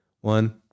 One